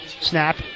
snap